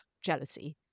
jealousy